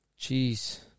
Jeez